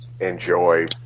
enjoy